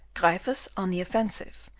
gryphus on the offensive,